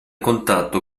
contatto